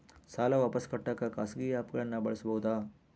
ಸಾಲ ವಾಪಸ್ ಕಟ್ಟಕ ಖಾಸಗಿ ಆ್ಯಪ್ ಗಳನ್ನ ಬಳಸಬಹದಾ?